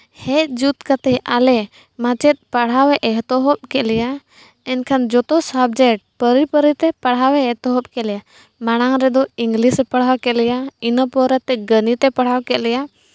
ᱦᱮᱡ ᱡᱩᱛ ᱠᱟᱛᱮᱫ ᱟᱞᱮ ᱢᱟᱪᱮᱫ ᱯᱟᱲᱦᱟᱣᱮ ᱮᱛᱚᱦᱚᱵ ᱠᱮᱫ ᱞᱮᱭᱟ ᱮᱱᱠᱷᱟᱱ ᱡᱚᱛᱚ ᱥᱟᱵᱡᱮᱠᱴ ᱯᱟᱹᱨᱤ ᱯᱟᱹᱨᱤᱛᱮ ᱯᱟᱲᱦᱟᱣᱮ ᱮᱛᱚᱦᱚᱵ ᱠᱮᱫ ᱞᱮᱭᱟ ᱢᱟᱲᱟᱝ ᱨᱮᱫᱚ ᱤᱝᱞᱤᱥ ᱮ ᱯᱟᱲᱦᱟᱣ ᱠᱮᱜ ᱞᱮᱭᱟ ᱤᱱᱟᱹ ᱯᱚᱨᱮᱛᱮ ᱜᱚᱱᱤᱛ ᱮ ᱯᱟᱲᱦᱟᱣ ᱠᱮᱜ ᱞᱮᱭᱟ